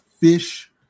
fish